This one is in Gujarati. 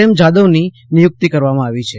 એસ જાદવ ની નિમયુક્તિ કરવામાં આવી છે